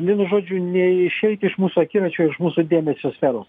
vienu žodžiu neišeiti iš mūsų akiračio iš mūsų dėmesio sferos